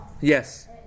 yes